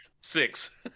Six